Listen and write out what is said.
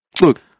Look